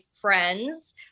friends